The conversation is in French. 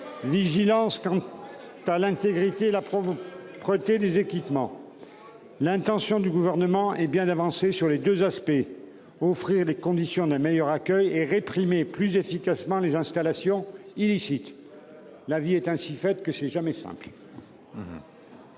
vigilance quant à l'intégrité et à la propreté des équipements. Cela ne marche pas ! L'intention du Gouvernement est bien d'avancer sur les deux aspects : offrir les conditions d'un meilleur accueil et réprimer plus efficacement les installations illicites. La vie est ainsi faite que ce n'est jamais simple.